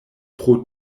pro